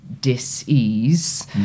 dis-ease